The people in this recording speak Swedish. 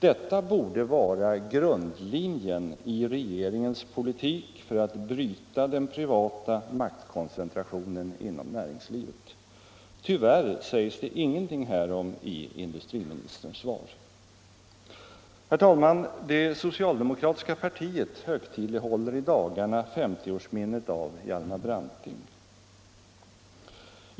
Detta borde vara grundlinjen i regeringens politik för att bryta den privata maktkoncentrationen inom näringslivet. Tyvärr sägs det ingenting härom i industriministerns svar. Herr talman! Det socialdemokratiska partiet högtidlighåller i dagarna 50-årsminnet av Hjalmar Branting.